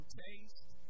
taste